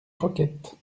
croquettes